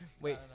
Wait